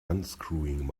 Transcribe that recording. unscrewing